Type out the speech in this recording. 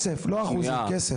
כסף, כסף, לא אחוזים, כסף.